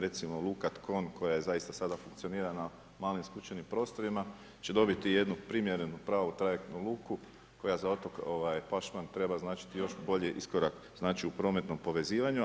Recimo luka Tkon, koja je zaista do sada funkcionirala u malim skučenim prostorima će dobiti jednu primjerenu pravu trajektnu luku koja za otok Pašman treba značiti još bolji iskorak u prometnom povezivanju.